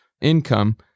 income